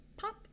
pop